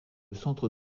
centre